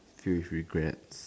filled with regret